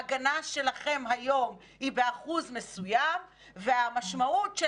ההגנה שלכם היום היא באחוז מסוים והמשמעות של